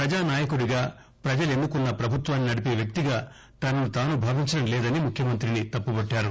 ప్రజానాయకుడిగా ప్రజలెన్నుకున్న ప్రభుత్వాన్ని నడిపే వ్యక్తిగా తనను తాను భావించటం లేదని ముఖ్యమంతిని తప్పుపట్టారు